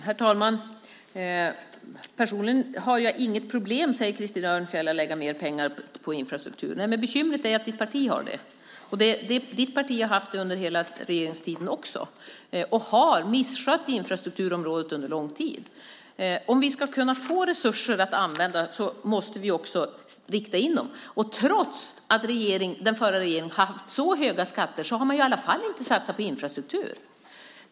Herr talman! Personligen har jag inget problem med att lägga mer pengar på infrastruktur, säger Krister Örnfjäder. Nej, men bekymret är att ditt parti har det. Ditt parti har haft det under hela regeringstiden också och har misskött infrastrukturområdet under lång tid. Om vi ska kunna få resurser att använda så måste vi också rikta in dem, och trots att den förra regeringen har haft så höga skatter så har man i alla fall inte satsat på infrastruktur.